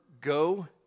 go